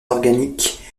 organiques